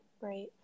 Right